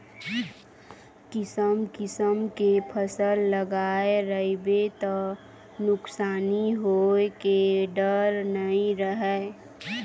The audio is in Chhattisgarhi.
किसम किसम के फसल लगाए रहिबे त नुकसानी होए के डर नइ रहय